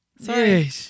sorry